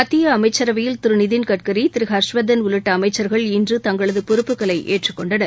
மத்திய அமைச்சரவையில் திரு நிதின்கட்கரி திரு ஹர்ஷ்வர்தன் உள்ளிட்ட அமைச்சர்கள் இன்று தங்களது பொறுப்புகளை ஏற்றுக் கொண்டனர்